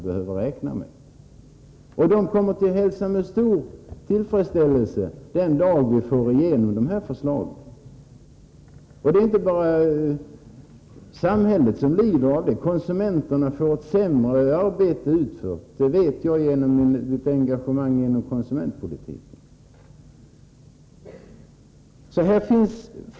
Dessa företagare kommer att med stor tillfredsställelse hälsa den dag vi får genom dessa förslag. Det är inte bara samhället som lider, konsumenterna får också ett sämre arbete utfört — det vet jag genom mitt engagemang inom konsumentpolitiken.